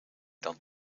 dan